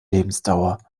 lebensdauer